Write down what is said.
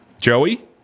Joey